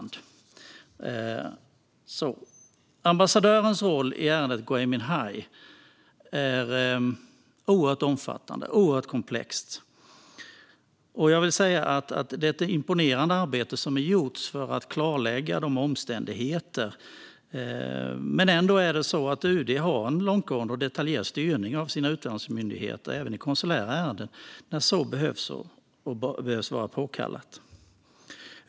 När det gäller ambassadörens roll i ärendet Gui Minhai är det ett oerhört omfattande och komplext ärende. Det är ett imponerande arbete som gjorts för att klarlägga omständigheterna. UD har en långtgående och detaljerad styrning av sina utlandsmyndigheter, även i konsulära ärenden, när så bedöms vara påkallat.